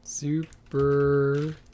Super